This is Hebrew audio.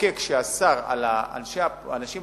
שהמחוקק אסר על האנשים הפוליטיים